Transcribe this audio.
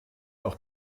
auch